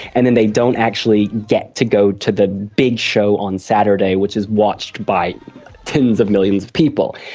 and then they don't actually get to go to the big show on saturday, which is watched by tens of millions of people.